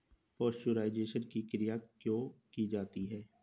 Pasteurisation की क्रिया क्यों की जाती है?